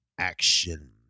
Action